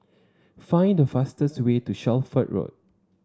find the fastest way to Shelford Road